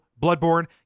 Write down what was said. Bloodborne